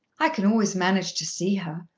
i can always manage to see her.